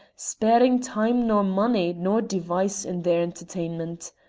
sparing time nor money nor device in their entertainment.